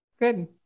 good